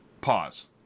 pause